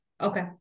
Okay